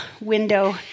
window